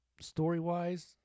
story-wise